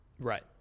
Right